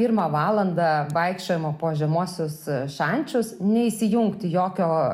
ne pirmą valandą vaikščiojimo po žemuosius šančius neįsijungti jokio